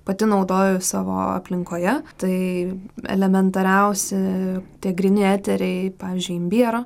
pati naudoju savo aplinkoje tai elementariausi tie gryni eteriai pavyzdžiui imbiero